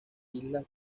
islas